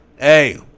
Hey